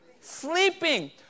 sleeping